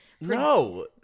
No